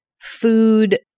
food